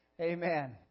Amen